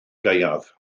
gaeaf